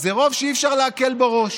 זה רוב שאי-אפשר להקל בו ראש,